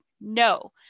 no